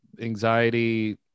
anxiety